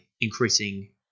increasing